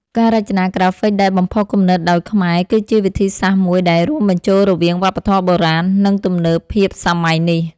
ការរចនាក្រាហ្វិកដែលបំផុសគំនិតដោយខ្មែរ គឺជាវិធីសាស្រ្តមួយដែលរួមបញ្ចូលរវាងវប្បធម៌បុរាណ និងទំនើបភាពសម័យនេះ។